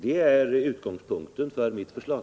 Det är utgångspunkten för mitt förslag.